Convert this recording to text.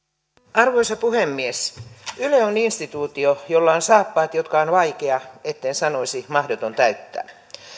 arvoisa puhemies yle on instituutio jolla on saappaat jotka on vaikea etten sanoisi mahdoton täyttää